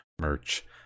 merch